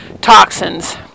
toxins